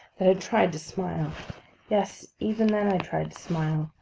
that i tried to smile yes, even then i tried to smile.